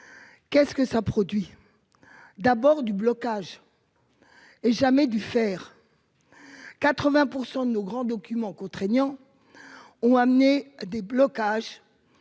Qu'est-ce que ça produit. D'abord du blocage. Et jamais dû faire. 80% de nos grands document contraignant. Ont amené des blocages.